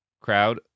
crowd